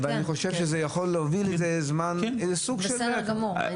אני חושב שזה יכול להוביל ל --- בסדר גמור.